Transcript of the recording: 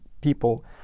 people